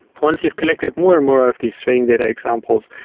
once you've collected more and more of these training data examples,